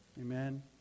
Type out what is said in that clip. Amen